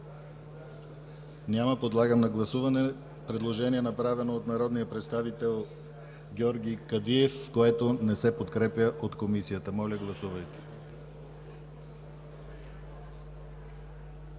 Няма. Подлагам на гласуване предложението, направено от народния представител Георги Кадиев, което не се подкрепя от Комисията. Моля, гласувайте.